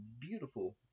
beautiful